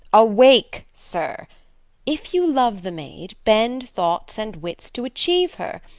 awake, sir if you love the maid, bend thoughts and wits to achieve her.